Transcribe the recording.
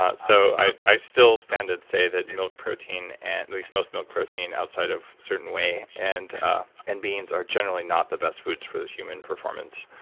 ah so i still stand and say that milk protein, at least most milk protein outside of certain whey and and beans are generally not the best foods for human performance,